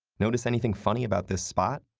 notice anything funny about this spot?